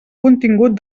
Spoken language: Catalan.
contingut